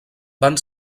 van